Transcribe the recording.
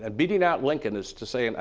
and beating out lincoln is to say, and